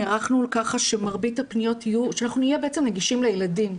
נערכנו כך שאנחנו נהיה נגישים לילדים.